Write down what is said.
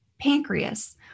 pancreas